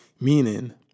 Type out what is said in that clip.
meaning